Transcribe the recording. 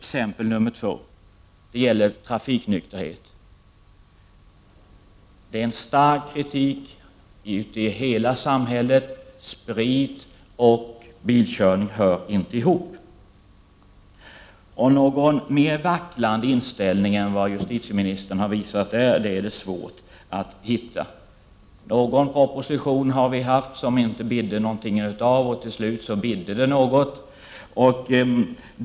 För det andra gäller det trafiknykterhet. Kritiken är skarp ute i hela samhället: sprit och bilkörning hör inte ihop. Någon mer vacklande inställning än den justitieministern har visat i den frågan är det svårt att hitta. Någon proposition har vi haft, som det inte bidde någonting av. Till slut bidde det något.